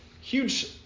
huge